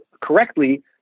correctly